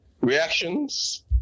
reactions